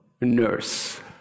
nurse